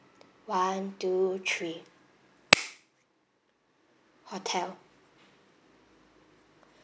one two three hotel